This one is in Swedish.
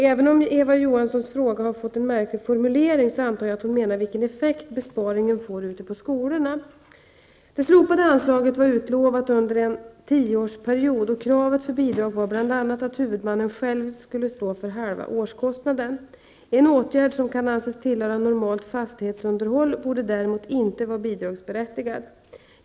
Även om Eva Johanssons fråga har fått en märklig formulering, antar jag att hon menar vilken effekt besparingen får ute i skolorna. Det slopade anslaget var utlovat under en tioårsperiod, och kravet för bidrag var bl.a. att huvudmannen själv stod för halva åtgärdskostnaden. En åtgärd som kan anses tillhöra normalt fastighetsunderhåll borde däremot inte vara bidragsberättigad.